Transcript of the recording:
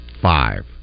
five